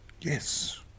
Yes